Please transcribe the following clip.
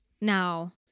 now